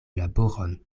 laboron